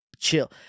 Chill